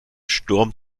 sturm